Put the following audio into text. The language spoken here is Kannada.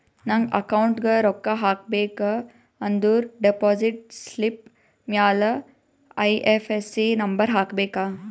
ನಂಗ್ ಅಕೌಂಟ್ಗ್ ರೊಕ್ಕಾ ಹಾಕಬೇಕ ಅಂದುರ್ ಡೆಪೋಸಿಟ್ ಸ್ಲಿಪ್ ಮ್ಯಾಲ ಐ.ಎಫ್.ಎಸ್.ಸಿ ನಂಬರ್ ಹಾಕಬೇಕ